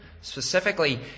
specifically